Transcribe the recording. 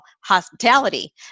Hospitality